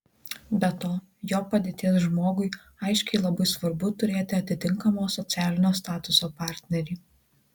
be to jo padėties žmogui aiškiai labai svarbu turėti atitinkamo socialinio statuso partnerį